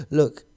look